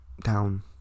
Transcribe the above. Down